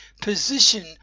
position